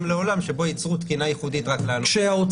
לעולם שבו יצרו תקינה ייחודית רק לנו.